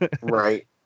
right